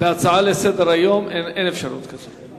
בהצעה לסדר-היום אין אפשרות כזאת.